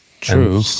True